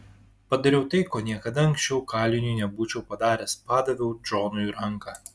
padariau tai ko niekada anksčiau kaliniui nebūčiau padaręs padaviau džonui ranką